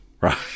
right